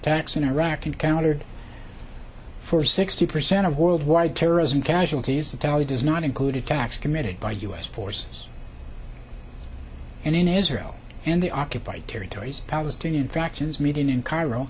attacks in iraq encountered for sixty percent of worldwide terrorism casualties the tally does not include attacks committed by u s forces and in israel and the occupied territories palestinian factions meeting in cairo